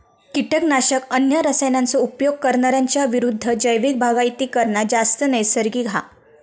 किटकनाशक, अन्य रसायनांचो उपयोग करणार्यांच्या विरुद्ध जैविक बागायती करना जास्त नैसर्गिक हा